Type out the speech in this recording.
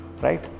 Right